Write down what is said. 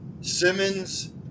Simmons